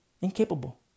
Incapable